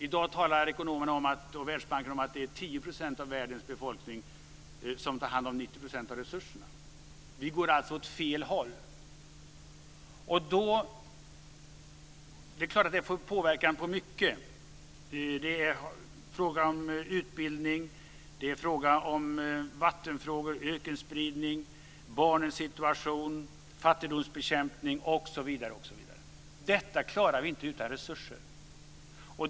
I dag talar ekonomerna och Världsbanken om att det är 10 % av världens befolkning som tar hand om 90 % av resurserna. Vi går alltså åt fel håll. Det är klart att det får påverkan på mycket. Det är fråga om utbildning, vattenfrågor, ökenspridning, barnens situation, fattigdomsbekämpning, osv. Detta klarar vi inte utan resurser.